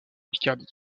picardie